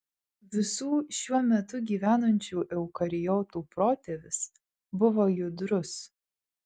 visų šiuo metu gyvenančių eukariotų protėvis buvo judrus